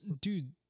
dude